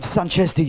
Sanchez